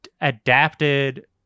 adapted